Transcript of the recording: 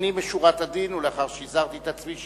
לפנים משורת הדין ולאחר שהזהרתי את עצמי,